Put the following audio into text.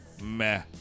meh